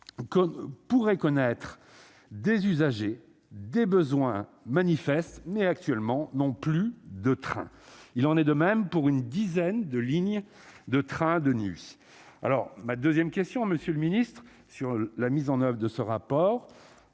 pourrait connaître des usagers, des besoins manifeste mais actuellement non plus de trains, il en est de même pour une dizaine de lignes de trains de nuit alors ma 2ème question Monsieur le Ministre, sur la mise en oeuvre de ce rapport,